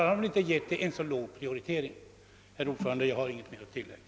Herr talman! Jag har inget mer att tillägga.